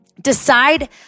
Decide